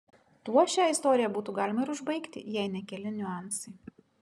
tuo šią istoriją būtų galima ir užbaigti jei ne keli niuansai